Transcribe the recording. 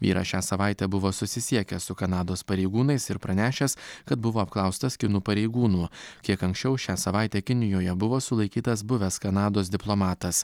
vyras šią savaitę buvo susisiekęs su kanados pareigūnais ir pranešęs kad buvo apklaustas kinų pareigūnų kiek anksčiau šią savaitę kinijoje buvo sulaikytas buvęs kanados diplomatas